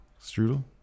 Strudel